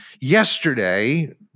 yesterday